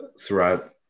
throughout